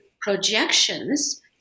projections